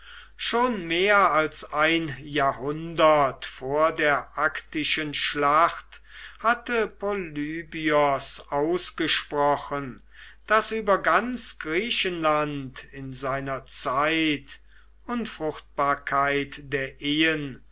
schon mehr als ein jahrhundert vor der actischen schlacht hatte polybios ausgesprochen daß über ganz griechenland in seiner zeit unfruchtbarkeit der ehen